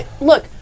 Look